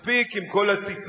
מספיק עם כל הססמאות.